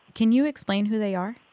can you explain who they are?